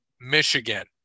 Michigan